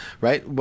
right